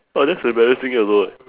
orh that's embarassing also leh